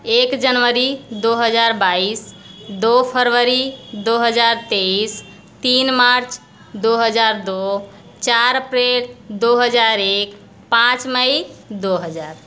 एक जनवरी दौ हज़ार बाईस दौ फरवरी दौ हज़ार तेईस तीन मार्च दौ हज़ार दौ चार अप्रेल दौ हज़ार एक पाँच मई दौ हज़ार